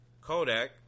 Kodak